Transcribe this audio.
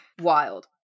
Wild